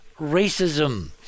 racism